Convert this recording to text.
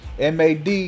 MAD